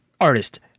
artist